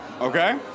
okay